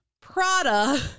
Prada